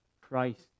Christ